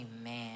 Amen